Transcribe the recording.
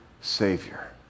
Savior